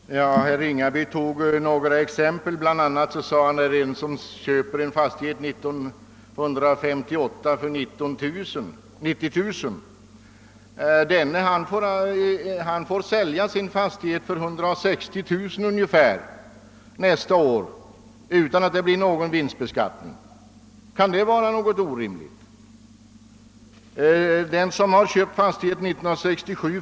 Herr talman! Herr Ringaby tog som exempel en person som år 1958 köpt en fastighet för 90 000 kronor. Han får sälja denna för ungefär 160 000 kronor nästa år utan att det blir någon vinstbeskattning. Kan det ligga något orimligt i detta? Jag kan nämna ett annat exempel.